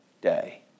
day